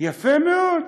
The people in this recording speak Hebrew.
יפה מאוד.